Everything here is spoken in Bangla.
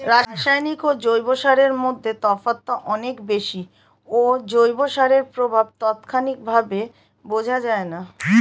রাসায়নিক ও জৈব সারের মধ্যে তফাৎটা অনেক বেশি ও জৈব সারের প্রভাব তাৎক্ষণিকভাবে বোঝা যায়না